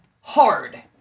hard